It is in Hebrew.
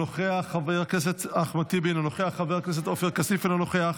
אינה נוכחת, חבר הכנסת מאיר כהן, אינו נוכח,